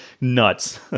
nuts